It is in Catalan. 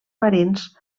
marins